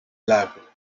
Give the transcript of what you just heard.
lago